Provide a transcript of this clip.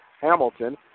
Hamilton